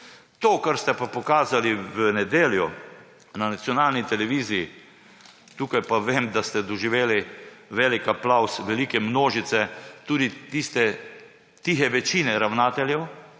to, kar ste pokazali v nedeljo na nacionalni televiziji, pa vem, da ste doživeli velik aplavz velike množice, tudi tiste tihe večine ravnateljev.